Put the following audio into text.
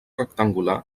rectangular